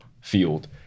field